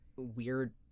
weird